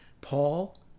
Paul